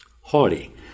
haughty